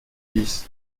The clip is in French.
lys